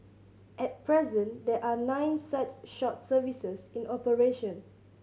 at present there are nine such short services in operation